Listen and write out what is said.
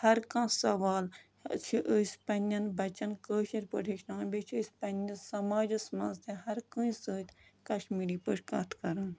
ہر کانٛہہ سوال چھِ أسۍ پنٛنٮ۪ن بَچَن کٲشِر پٲٹھۍ ہیٚچھناوان بیٚیہِ چھِ أسۍ پنٛنِس سَماجَس منٛز تہِ ہر کٲنٛسہِ سۭتۍ کشمیری پٲٹھۍ کَتھ کَر